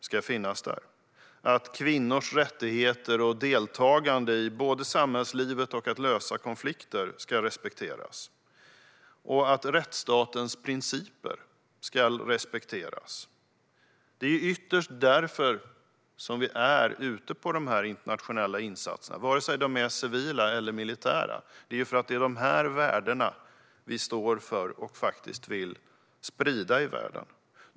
Det gäller även att kvinnors rättigheter och deltagande i samhällslivet och när det gäller att lösa konflikter ska respekteras samt att rättsstatens principer ska respekteras. Det är ytterst därför vi är ute på de internationella insatserna, vare sig de är civila eller militära. Det är de värdena vi står för och vill sprida i världen.